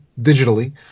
digitally